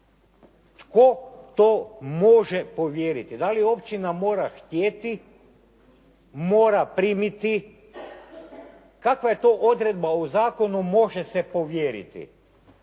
Tko to može povjeriti? Da li općina mora htjeti? Mora primiti? Kakva je to odredba u zakonu može se povjeriti?